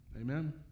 Amen